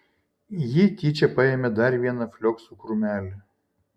ji tyčia paėmė dar vieną flioksų krūmelį